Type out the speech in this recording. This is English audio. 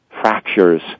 fractures